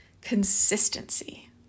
consistency